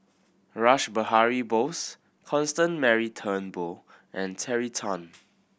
Rash Behari Bose Constance Mary Turnbull and Terry Tan